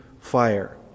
fire